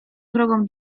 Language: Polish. drogą